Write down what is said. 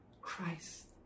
Christ